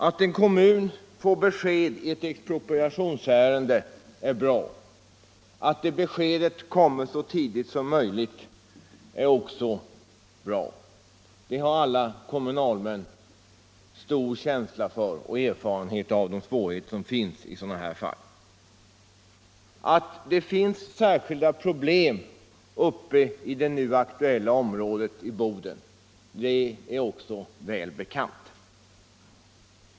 Att en kommun får besked i ett expropriationsärende är bra, att det beskedet kommer så tidigt som möjligt är också bra. Alla kommunalmän har stor känsla för och erfarenhet av de svårigheter som förekommer i sådana här fall. Att det finns särskilda problem i det nu aktuella området i Boden är också välbekant.